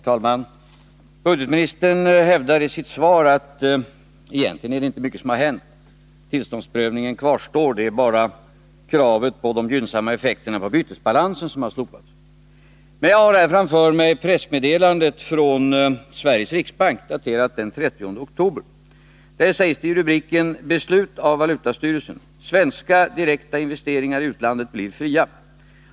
Herr talman! Budgetministern hävdar i sitt svar att det egentligen inte är mycket som har hänt. Tillståndsprövningen kvarstår — det är bara kravet på de gynnsamma effekterna på bytesbalansen som har slopats. Men jag har här framför mig pressmeddelandet från Sveriges riksbank daterat den 30 oktober. Där sägs det i rubriken: Beslut av valutastyrelsen — svenska direkta investeringar i utlandet blir fria.